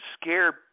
scared